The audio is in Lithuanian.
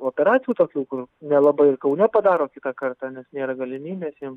operacijų tokių kur nelabai ir kaune padaro kitą kartą nes nėra galimybės jiem